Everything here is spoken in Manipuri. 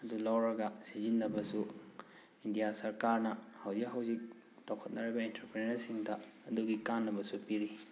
ꯑꯗꯨ ꯂꯧꯔꯒ ꯁꯤꯖꯤꯟꯅꯕꯁꯨ ꯏꯟꯗꯤꯌꯥ ꯁꯔꯀꯥꯔꯅ ꯍꯧꯖꯤꯛ ꯍꯧꯖꯤꯛ ꯇꯧꯈꯠꯅꯔꯤꯕ ꯑꯦꯟꯇꯔꯄ꯭ꯔꯦꯅꯔꯁꯤꯡꯗ ꯑꯗꯨꯒꯤ ꯀꯥꯟꯅꯕꯁꯨ ꯄꯤꯔꯤ